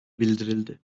bildirildi